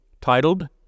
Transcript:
Titled